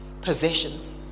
possessions